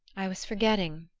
i was forgetting,